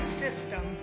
system